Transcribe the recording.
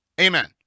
Amen